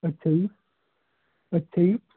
ਅੱਛਾ ਜੀ ਅੱਛਾ ਜੀ